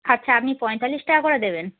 আচ্ছা আপনি পঁয়তাল্লিশ টাকা করে দেবেন